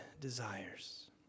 desires